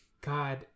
God